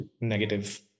negative